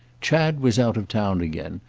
chad was out of town again,